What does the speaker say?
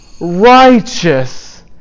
righteous